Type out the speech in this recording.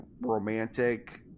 romantic